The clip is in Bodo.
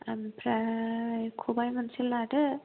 आमफ्राय खबाइ मोनसे लादो